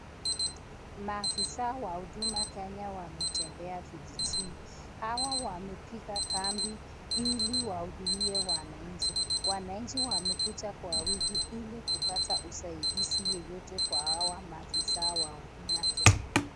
Maafisa wa huduma Kenya wametembea kijijini. Hawa wamepiga kambi ili wahudumie wananchi. wananchi wamekuja kwa wingi ili kupata usaidizi yeyote kwa hawa maafisa wa huduma Kenya.